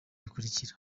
bikurikira